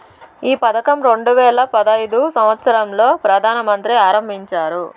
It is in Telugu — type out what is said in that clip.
ఈ పథకం రెండు వేల పడైదు సంవచ్చరం లో ప్రధాన మంత్రి ఆరంభించారు